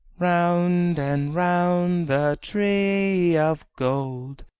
round and round the tree of gold,